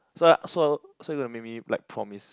so I so so you gonna make me like promise